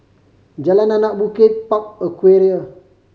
Jalan Anak Bukit Park Aquaria